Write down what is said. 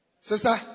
Sister